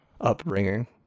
upbringing